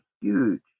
huge